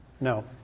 No